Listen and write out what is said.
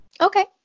Okay